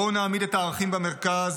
בואו נעמיד את הערכים במרכז,